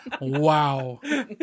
Wow